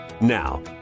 Now